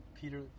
Peter